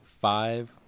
Five